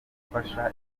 gufasha